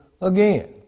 again